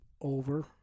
over